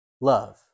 Love